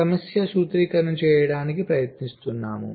సమస్య సూత్రీకరణ చేయడానికి ప్రయత్నిస్తున్నాము